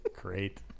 Great